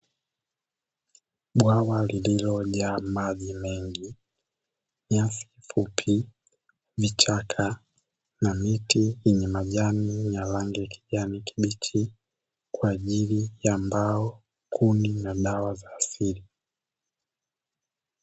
Bwawa lililojaa maji mengi, nyasi fupi, vichaka na miti yenye majani yenye rangi ya kijani kibichi, kwa ajili ya mbao, kuni na dawa za asili.